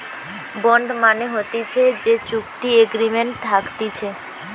bond মানে হতিছে যে চুক্তি এগ্রিমেন্ট থাকতিছে